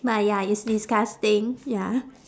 but ya it's disgusting ya